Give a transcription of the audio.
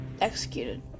executed